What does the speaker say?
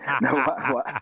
No